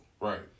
Right